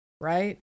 right